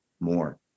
more